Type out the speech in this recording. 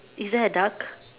is there a duck